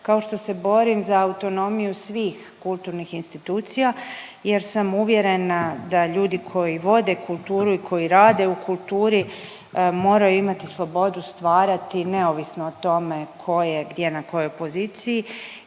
kao što se borim za autonomiju svih kulturnih institucija jer sam uvjerena da ljudi koji vode kulturu i koji rade u kulturi moraj imati slobodu stvarati neovisno o tome tko je gdje na kojoj poziciji.